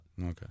Okay